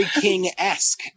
King-esque